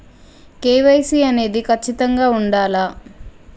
KYC అనేది ఖచ్చితంగా ఉండాలా?